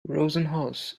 rosenhaus